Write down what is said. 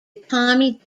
tommy